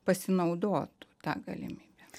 pasinaudotų ta galimybe